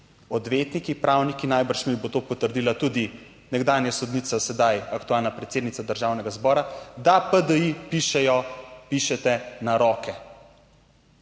odvetniki, pravniki, najbrž mi bo to potrdila tudi nekdanja sodnica, sedaj aktualna predsednica Državnega zbora, da PDI pišejo, pišete na roke.